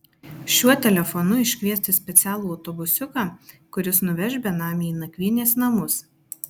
šiuo telefonu iškviesti specialų autobusiuką kuris nuveš benamį į nakvynės namus